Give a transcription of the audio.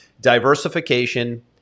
diversification